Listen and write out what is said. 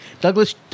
Douglas